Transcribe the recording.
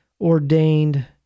ordained